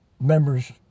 members